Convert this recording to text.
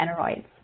aneroids